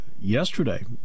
yesterday